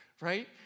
right